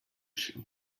się